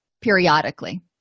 periodically